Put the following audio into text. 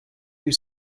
you